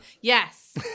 Yes